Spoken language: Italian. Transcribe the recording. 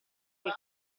che